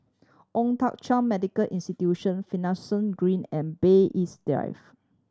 Old Thong Chai Medical Institution Finlayson Green and Bay East Drive